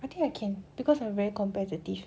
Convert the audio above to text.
I think I can because I'm very competitive